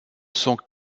sont